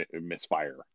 misfire